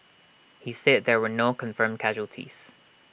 he said there were no confirmed casualties